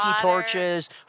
torches